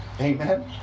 Amen